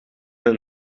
een